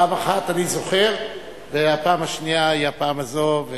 פעם אחת אני זוכר, והפעם השנייה היא הפעם הזאת.